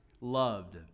Loved